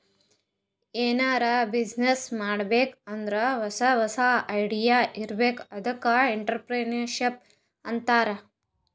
ಎನಾರೇ ಬಿಸಿನ್ನೆಸ್ ಮಾಡ್ಬೇಕ್ ಅಂದುರ್ ಹೊಸಾ ಹೊಸಾ ಐಡಿಯಾ ಇರ್ಬೇಕ್ ಅದ್ಕೆ ಎಂಟ್ರರ್ಪ್ರಿನರ್ಶಿಪ್ ಅಂತಾರ್